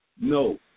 No